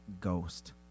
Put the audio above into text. ghost